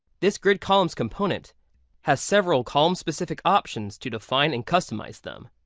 this grid columns component has several column specific options to define and customize them,